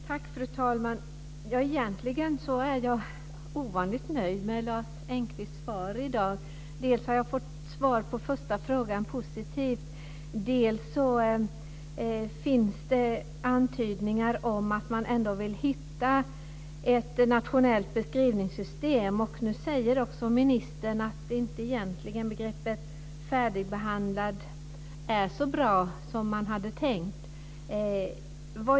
Fru talman! Egentligen är jag ovanligt nöjd med Lars Engqvists svar i dag, dels har jag fått ett positivt svar på min första fråga, dels finns det antydningar om att man ändå vill hitta ett nationellt beskrivningssystem. Ministern sade också att begreppet färdigbehandlad inte är så bra som det var tänkt.